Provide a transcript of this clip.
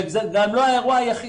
זה גם לא האירוע היחיד.